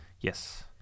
Yes